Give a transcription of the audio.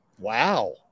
Wow